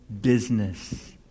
business